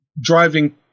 driving